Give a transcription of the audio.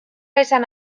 esan